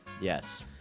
Yes